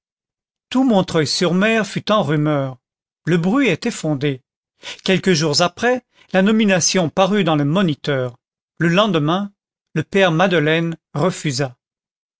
tout montreuil sur mer fut en rumeur le bruit était fondé quelques jours après la nomination parut dans le moniteur le lendemain le père madeleine refusa